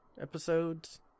episodes